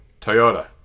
Toyota